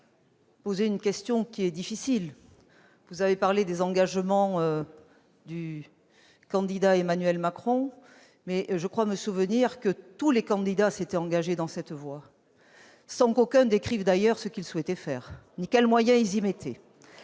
vous posez une question difficile. Vous avez parlé des engagements du candidat Emmanuel Macron, mais je crois me souvenir que tous les candidats s'étaient engagés sur un tel projet, sans qu'aucun décrive, d'ailleurs, ce qu'il souhaitait faire ni quels moyens il y consacrerait.